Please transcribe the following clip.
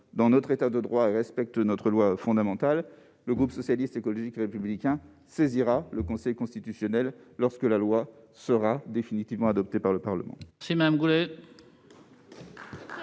dans notre État de droit et respecte notre loi fondamentale, le groupe Socialiste, Écologiste et Républicain saisira le Conseil constitutionnel lorsque ce projet de loi aura été définitivement adopté par le Parlement.